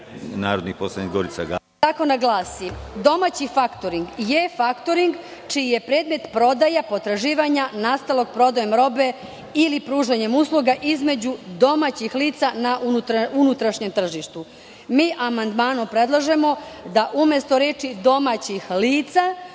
zakona glasi: "domaći faktoring čiji je predmet prodaja potraživanja nastalog prodajom robe ili pružanjem usluga između domaćih lica na unutrašnjem tržištu." Mi amandmanom predlažemo da umesto reči: "domaćih lica"